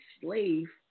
slave